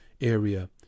area